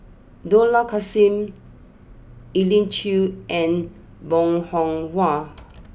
Dollah Kassim Elim Chew and Bong Hiong Hwa